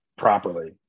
properly